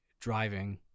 driving